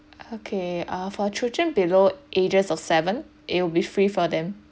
okay uh for children below ages of seven it will be free for them